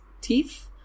teeth